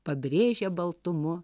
pabrėžia baltumu